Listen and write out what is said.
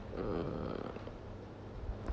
err